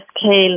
scale